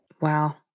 Wow